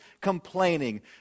complaining